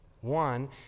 one